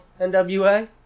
NWA